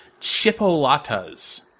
Chipolatas